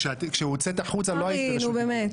כשהוצאת החוצה לא היית ברשות דיבור.